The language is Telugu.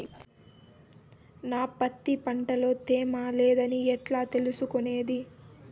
నా పత్తి పంట లో తేమ లేదని ఎట్లా తెలుసుకునేది?